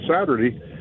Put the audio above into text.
Saturday